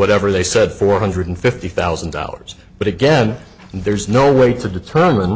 whatever they said four hundred fifty thousand dollars but again there's no way to determine